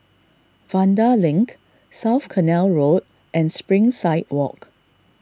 Vanda Link South Canal Road and Springside Walk